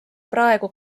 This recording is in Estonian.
praegu